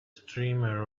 streamer